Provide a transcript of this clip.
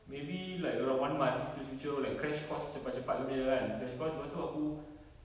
maybe like around one month skillsfuture like crash course cepat-cepat dia punya kan crash course lepas itu aku